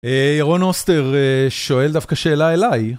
אירון אוסטר שואל דווקא שאלה אליי.